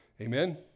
Amen